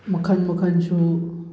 ꯃꯈꯟ ꯃꯈꯟꯁꯨ